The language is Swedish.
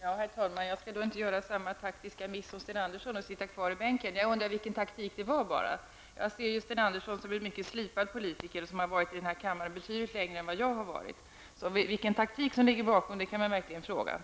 Herr talman! Jag skall inte göra samma taktiska miss som Sten Andersson och sitta kvar i bänken. Jag undrar bara vilken taktik det var. Jag ser Sten Andersson som en mycket slipad politiker som har varit med i politiken betydligt längre än jag. Man kan verkligen undra vilken taktik som ligger bakom, men vi